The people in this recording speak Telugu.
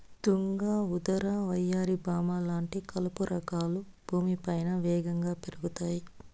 తుంగ, ఉదర, వయ్యారి భామ లాంటి కలుపు రకాలు భూమిపైన వేగంగా పెరుగుతాయి